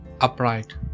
upright